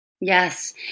Yes